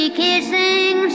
kissing